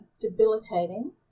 debilitating